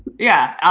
yeah.